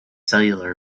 cellular